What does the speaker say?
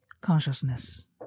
consciousness